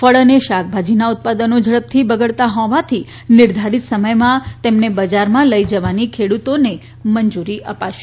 ફળ અને શાકભાજીના ઉત્પાદનો ઝડપથી બગડતા હોવાથી નિર્ધારીત સમયમાં તેમને બજારમાં લઇ જવાની ખેડૂતોને મંજૂરી અપાશે